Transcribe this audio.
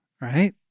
right